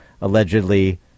allegedly